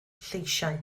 lleisiau